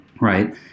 right